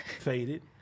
Faded